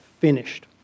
finished